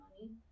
money